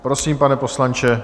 Prosím, pane poslanče.